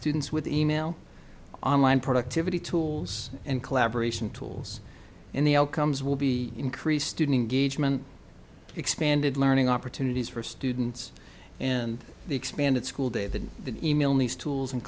students with e mail online productivity tools and collaboration tools in the outcomes will be increased student engagement expanded learning opportunities for students and the expanded school day than the e mail needs tools and